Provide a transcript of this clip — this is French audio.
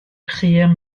prièrent